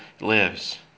lives